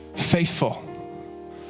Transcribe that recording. faithful